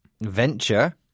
Venture